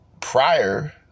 prior